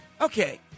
Okay